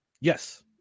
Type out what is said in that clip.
Yes